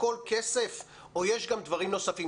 הכול כסף או שיש גם דברים נוספים?